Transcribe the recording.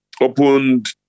opened